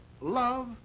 love